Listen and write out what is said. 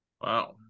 Wow